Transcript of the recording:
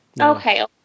okay